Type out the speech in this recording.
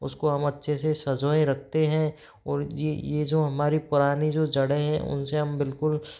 उसको हम अच्छे से सँजोए रखते हैं और यह जो हमारी पुरानी जो जड़ें हैं उनसे हम बिल्कुल